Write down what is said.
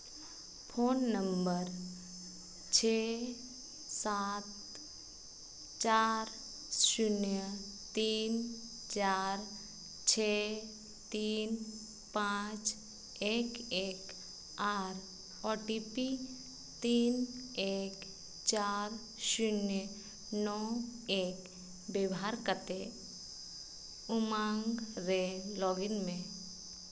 phone number ᱪᱷᱮ ᱥᱟᱛ ᱪᱟᱨ ᱥᱩᱱᱱᱚ ᱛᱤᱱ ᱪᱟᱨ ᱪᱷᱮ ᱛᱤᱱ ᱯᱟᱸᱪ ᱮᱠ ᱮᱠ ᱟᱨ ᱳ ᱴᱤ ᱯᱤ ᱛᱤᱱ ᱮᱠ ᱪᱟᱨ ᱥᱩᱱᱱᱚ ᱱᱚ ᱮᱠ ᱵᱮᱵᱚᱦᱟᱨ ᱠᱟᱛᱮᱫ ᱩᱢᱟᱝ ᱨᱮ ᱞᱚᱜᱽ ᱤᱱ ᱢᱮ